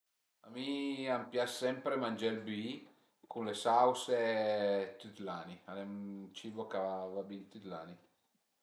A mi an pias sempre mangé ël büì cun le sause tüt l'ani, al e ën cibo ch'a va bin tüt l'ani